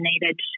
needed